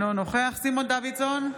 אינו נוכח סימון דוידסון,